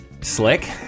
Slick